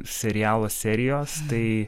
serialo serijos tai